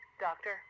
Doctor